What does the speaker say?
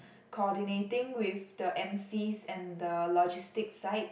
coordinating with the emcees and the logistic side